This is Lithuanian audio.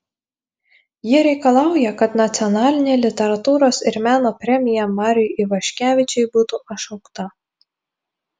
jie reikalauja kad nacionalinė literatūros ir meno premija mariui ivaškevičiui būtų atšaukta